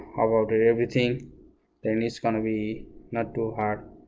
about everything then it's going to be not too hard